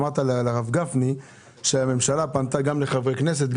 אמרת לרב גפני שהממשלה פנתה גם לחברי כנסת.